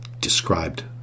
described